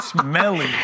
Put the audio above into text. Smelly